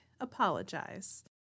apologize